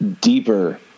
deeper